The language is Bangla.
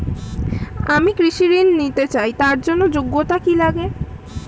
আমি কৃষি ঋণ নিতে চাই তার জন্য যোগ্যতা কি লাগে?